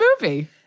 movie